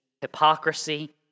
hypocrisy